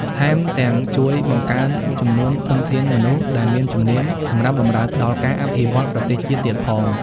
ថែមទាំងជួយបង្កើនចំនួនធនធានមនុស្សដែលមានជំនាញសម្រាប់បម្រើដល់ការអភិវឌ្ឍប្រទេសជាតិទៀតផង។